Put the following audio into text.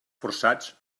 forçats